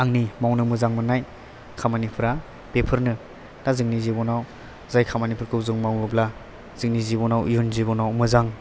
आंनि मावनो मोजां मोननाय खामानिफोरा बेफोरनो दा जोंनि जिबनाव जाय खामानिफोरखौ जों मावोब्ला जोंनि जिबनाव इयुन जिबनाव मोजां